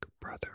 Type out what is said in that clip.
brother